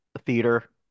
theater